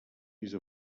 use